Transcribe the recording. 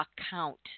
account